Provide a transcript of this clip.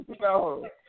no